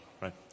Right